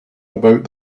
about